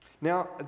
Now